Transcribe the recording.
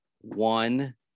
one